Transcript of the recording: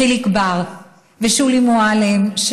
חיליק בר ושולי מועלם-רפאלי,